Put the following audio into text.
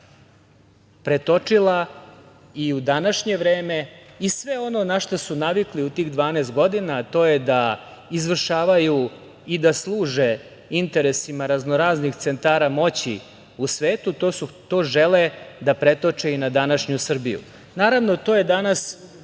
pretočila i u današnje vreme i sve ono na šta su navikli u tih 12 godina, a to je da izvršavaju i da služe interesima raznoraznih centara moći u svetu, to žele da pretoče i na današnju Srbiju. Naravno, to je danas,